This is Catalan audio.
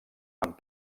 amb